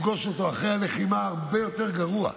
אנחנו הולכים לפגוש אותו אחרי הלחימה הרבה יותר גרוע.